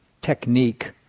technique